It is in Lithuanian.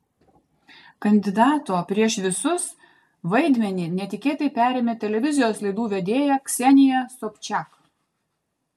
kandidato prieš visus vaidmenį netikėtai perėmė televizijos laidų vedėja ksenija sobčiak